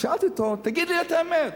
שאלתי אותו: תגיד לי את האמת,